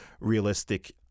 realistic